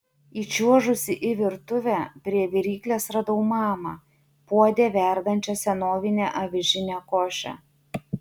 įčiuožusi į virtuvę prie viryklės radau mamą puode verdančią senovinę avižinę košę